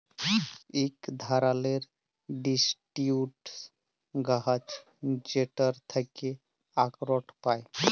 ইক ধারালের ডিসিডিউস গাহাচ যেটর থ্যাকে আখরট পায়